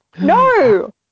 No